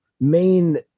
Main